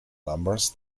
numbers